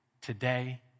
today